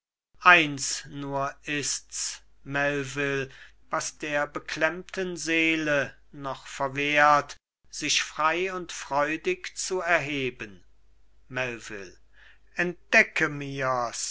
eins nur ist's melvil was der beklemmten seele noch verwehrt sich frei und freudig zu erheben melvil entdecke mir's